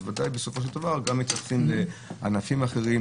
זה מגיע גם לענפים אחרים,